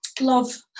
love